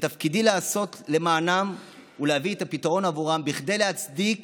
ותפקידי לעשות למענם ולהביא את הפתרון עבורם כדי להצדיק